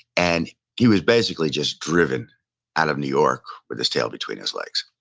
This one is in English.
and he was basically just driven out of new york with his tail between his legs.